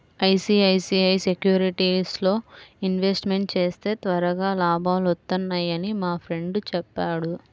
ICICI సెక్యూరిటీస్లో investment చేస్తే త్వరగా లాభాలొత్తన్నయ్యని మా ఫ్రెండు చెప్పాడు